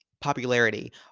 popularity